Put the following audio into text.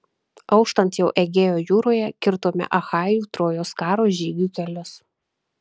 auštant jau egėjo jūroje kirtome achajų trojos karo žygių kelius